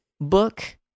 book